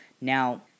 Now